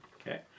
Okay